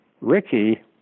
Ricky